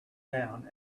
down